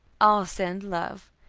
all send love.